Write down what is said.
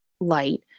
light